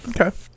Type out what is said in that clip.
Okay